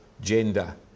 gender